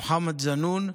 מוחמד זנון,